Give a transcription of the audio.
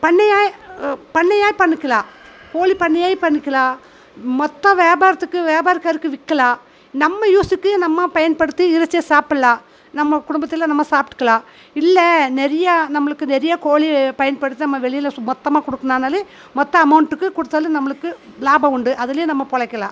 பண்ணையாக பண்ணையாக பண்ணிக்கலாம் கோழி பண்ணையாக பண்ணிக்கலாம் மொத்த வியாபாரத்துக்கு வியாபாரகாருக்கு விற்கலாம் நம்ம யூஸுக்கு நம்ம பயன்படுத்தி இறைச்சியை சாப்புடலாம் நம்ம குடும்பத்தில் நம்ம சாப்ட்டுக்கலாம் இல்ல நிறையா நம்மளுக்கு நிறையா கோழி பயன்படுத்த நம்ம வெளியில் மொத்தமாக கொடுக்கணுன்னாலும் மொத்த அமௌண்ட்டுக்கு கொடுத்தாலும் நம்மளுக்கு லாபம் உண்டு அதுலேயும் நம்ம பிழைக்கலாம்